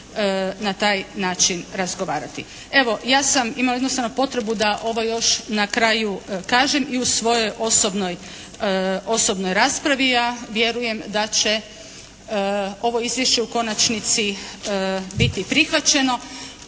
na taj način razgovarati. Evo, ja sam imala jednostavno potrebu da ovo još na kraju kažem i u svojoj osobnoj raspravi. Vjerujem da će ovo izvješće u konačnici biti prihvaćeno.